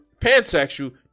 pansexual